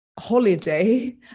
holiday